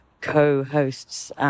co-hosts